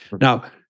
Now